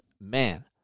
man